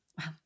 Wow